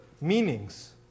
meanings